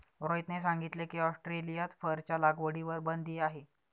रोहितने सांगितले की, ऑस्ट्रेलियात फरच्या लागवडीवर बंदी आहे